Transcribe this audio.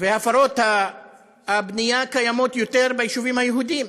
והפרות הבנייה, הם יותר ביישובים היהודיים